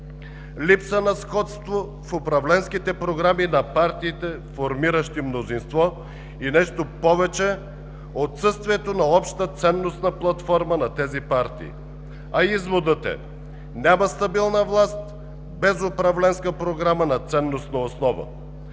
липса на сходство в управленските програми на партиите, формиращи мнозинство, и нещо повече – отсъствието на обща ценностна платформа на тези партии, а изводът е: няма стабилна власт без управленска програма на ценностна основа.